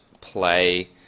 play